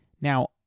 now